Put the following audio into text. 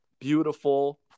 beautiful